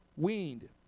Weaned